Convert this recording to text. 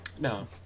no